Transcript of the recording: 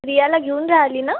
रियाला घेऊन राहिली ना